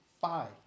five